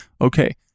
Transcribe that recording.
Okay